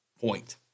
point